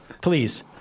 please